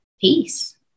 peace